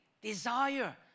desire